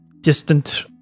distant